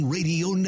Radio